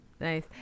Nice